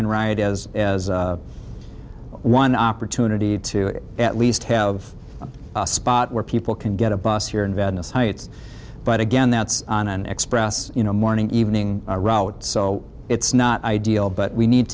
as ride as one opportunity to it at least have a spot where people can get a bus here in venice heights but again that's on an express you know morning evening route so it's not ideal but we need